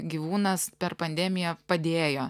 gyvūnas per pandemiją padėjo